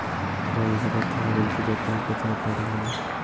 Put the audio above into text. call টাকার তহবিলকে যখল কথাও পাঠাল হ্যয়